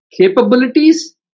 capabilities